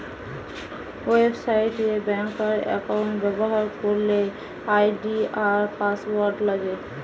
website এ ব্যাংকার account ব্যবহার করলে আই.ডি আর পাসওয়ার্ড লাগে